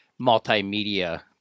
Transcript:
multimedia